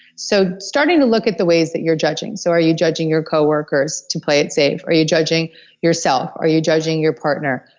so starting to look at the ways that you're judging, so are you judging your co-workers to play it safe, are you judging yourself, are you judging your partner,